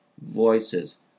voices